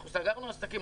אנחנו סגרנו עסקים,